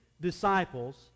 disciples